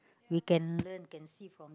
we can learn can see from